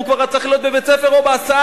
והוא כבר היה צריך להיות בבית-ספר או בהסעה,